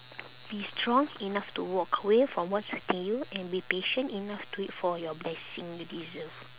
be strong enough to walk away from what's hurting you and be patient enough to wait for your blessing you deserve